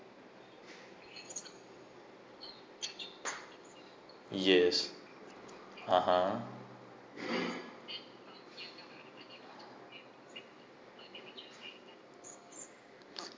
yes (uh huh)